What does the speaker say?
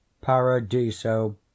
Paradiso